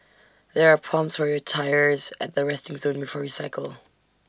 there are pumps for your tyres at the resting zone before you cycle